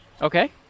Okay